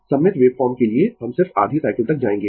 सममित वेवफॉर्म के लिए हम सिर्फ आधी साइकिल तक जाएंगें